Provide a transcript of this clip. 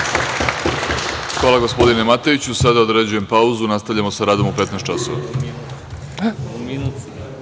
Hvala, gospodine Matejiću. Sada određujem pauzu. Nastavljamo sa radom u 15.00